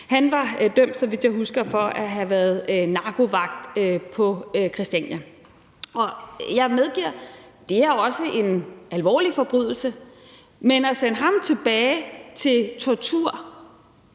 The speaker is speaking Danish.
Han var, så vidt jeg husker, dømt for at have været narkovagt på Christiania, og jeg medgiver, at det også er en alvorlig forbrydelse, men at sende ham tilbage til tortur,